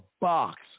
box